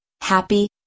happy